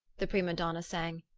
the prima donna sang,